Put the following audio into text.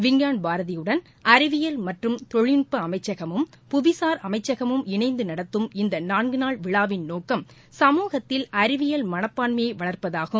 விஞ்ஞான் பாரதியுடன் அறிவியல் மற்றும் தொழில்நுட்ப அமைச்சகமும் புவிசாா் அமைச்சகமும் இனைந்து நடத்தும் இந்த நான்கு நாள் விழாவின் நோக்கம் சமுகத்தில் அறிவியல் மனப்பான்மையை வளர்ப்பதாகும்